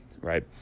right